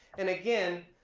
and again,